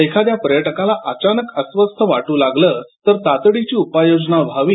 एखाद्या पर्यटकाला अचानक अस्वस्थ वाटू लागलं तर तातडीची उपाययोजना व्हावी